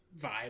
vibe